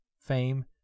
fame